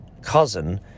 cousin